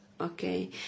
okay